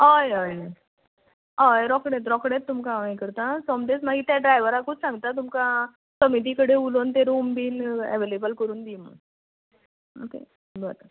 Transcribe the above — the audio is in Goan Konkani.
हय अय अय रोखडेंच रोखडेंच तुमकां हांव हें करता सोमतेंच मागी ते ड्रायवराकूच सांगता तुमकां समिती कडेन उलोवन ते रूम बीन एवेलेबल करून दी म्हूण ओके बरें